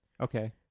Okay